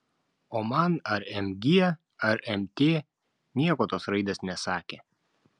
o man ar mg ar mt nieko tos raidės nesakė